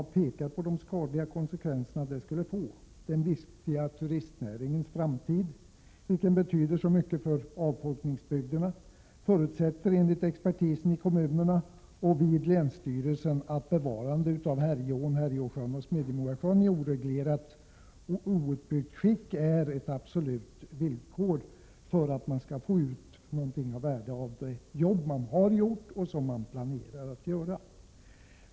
Man pekar på de skadliga konsekvenser dessa skulle få. Den viktiga turistnäringens framtid, vilken betyder så mycket för avfolkningsbygderna, förutsätter enligt expertisen i kommunerna och vid länsstyrelsen att ett bevarande av Härjeån, Härjeåsjön och Smedjemorasjön i oreglerat och outbyggt skick är ett absolut villkor för att man skall få ut något av det arbete som har utförts och som man planerar att utföra.